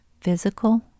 physical